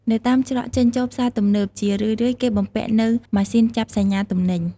នៅតាមច្រកចេញចូលផ្សារទំនើប ជារឿយៗគេបំពាក់នូវម៉ាស៊ីនចាប់សញ្ញាទំនិញ។